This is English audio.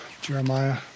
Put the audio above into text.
Jeremiah